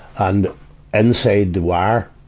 and inside the wire,